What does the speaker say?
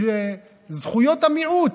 זכויות המיעוט.